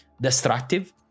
destructive